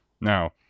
Now